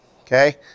okay